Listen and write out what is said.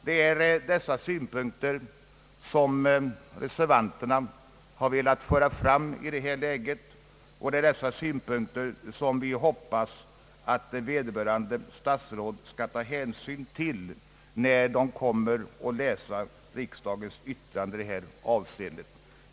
Det är dessa synpunkter som reservanterna har velat föra fram, och som vi hoppas att vederbörande statsråd skall ta hänsyn till när han läser vad riksdagen anfört.